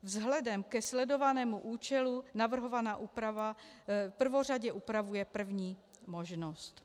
Vzhledem ke sledovanému účelu navrhovaná úprava prvořadě upravuje první možnost.